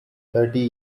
thirty